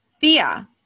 fear